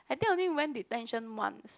I think only I went detention once